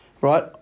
right